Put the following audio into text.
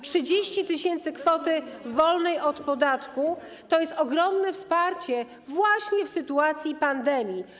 30 tys. kwoty wolnej od podatku to jest ogromne wsparcie właśnie w sytuacji pandemii.